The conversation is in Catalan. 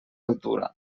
altura